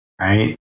right